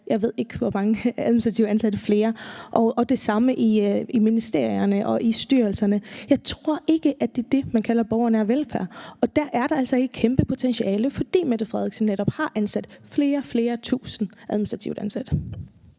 jeg ved ikke hvor mange flere administrativt ansatte? Det samme gælder ministerierne og styrelserne. Jeg tror ikke, at det er det, man kalder borgernær velfærd, og der er der altså et kæmpe potentiale, fordi statsministeren netop har ansat flere tusindvis administrativt ansatte.